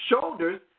shoulders